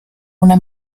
una